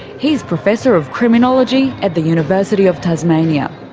he's professor of criminology at the university of tasmania.